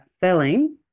filling